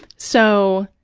so,